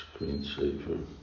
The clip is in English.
screensaver